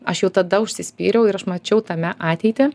aš jau tada užsispyriau ir aš mačiau tame ateitį